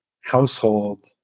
household